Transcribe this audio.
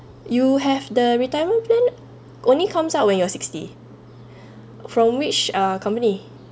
you have the retirement plan only comes out when you're sixty from which uh company